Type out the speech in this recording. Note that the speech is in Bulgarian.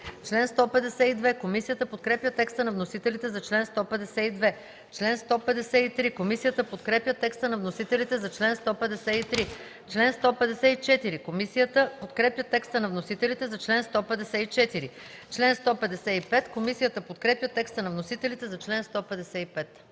Раздел V. Комисията подкрепя текста на вносителите за чл. 151. Комисията подкрепя текста на вносителите за чл. 152. Комисията подкрепя текста на вносителите за чл. 153. Комисията подкрепя текста на вносителите за чл. 154.